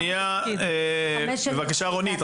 שנייה, בבקשה, רונית.